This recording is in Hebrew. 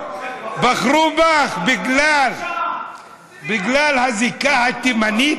בחרו בך בגלל הזיקה התימנית?